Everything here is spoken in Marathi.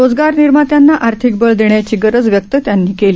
रोजगार निर्मात्यांना आर्थिक बळ देण्याची गरज व्यक्त त्यांनी व्यक्त केली